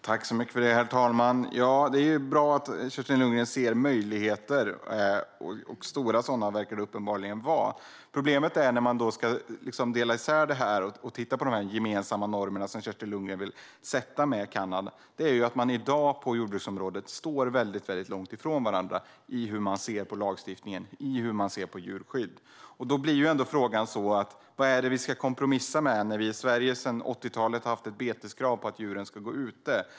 Herr talman! Det är bra att Kerstin Lundgren ser möjligheter som uppenbarligen verkar vara stora. Problemet när man tittar på de gemensamma normerna är att man i dag på jordbruksområdet står väldigt långt ifrån varandra i synen på lagstiftningen och på djurskydd. Då blir ändå frågan: Vad är det vi ska kompromissa med när vi i Sverige sedan 80-talet haft beteskrav på att djuren ska gå ute?